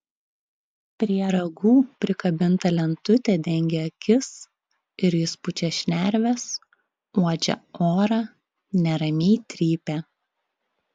prie ragų prikabinta lentutė dengia akis ir jis pučia šnerves uodžia orą neramiai trypia